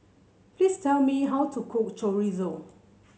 please tell me how to cook Chorizo